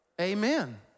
Amen